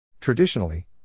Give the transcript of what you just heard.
Traditionally